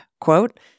quote